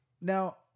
Now